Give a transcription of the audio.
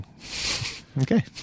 Okay